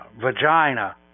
vagina